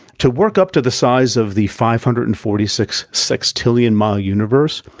to work up to the size of the five hundred and forty six sextillion mile universe,